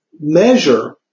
measure